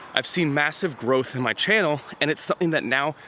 i've seen massive growth in my channel and it's something that now,